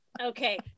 Okay